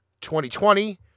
2020